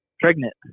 pregnant